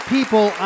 People